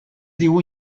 digu